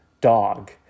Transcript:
dog